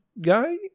guy